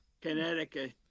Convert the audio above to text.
Connecticut